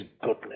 goodness